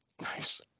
Nice